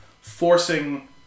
forcing